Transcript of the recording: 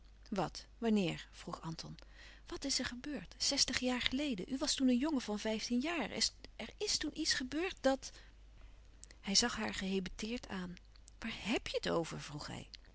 wat wanneer vroeg anton wàt is er gebeurd zestig jaar geleden u was toen een jongen van vijftien jaar er is toen iets gebeurd dat hij zag haar gehebeteerd aan waar heb je het over vroeg